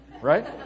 right